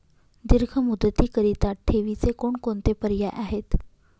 दीर्घ मुदतीकरीता ठेवीचे कोणकोणते पर्याय आहेत?